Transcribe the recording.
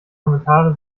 kommentare